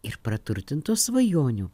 ir praturtintos svajonių